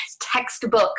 textbook